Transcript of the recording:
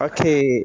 Okay